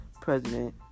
president